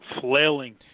flailing